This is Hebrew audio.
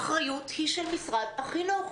האחריות היא של משרד החינוך.